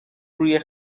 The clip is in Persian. روی